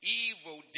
evil